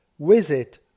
visit